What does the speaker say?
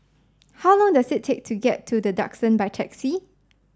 how long does it take to get to The Duxton by taxi